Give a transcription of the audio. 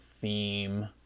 theme